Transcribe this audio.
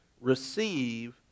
Receive